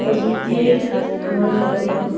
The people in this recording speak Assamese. প্ৰযুক্তিয়ে আমাৰ জীৱনত